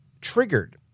triggered